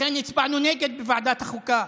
לכן הצבענו נגד בוועדת החוקה.